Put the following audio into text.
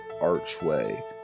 archway